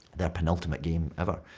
their penultimate game ever,